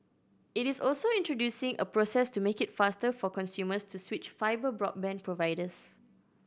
it is also introducing a process to make it faster for consumers to switch fibre broadband providers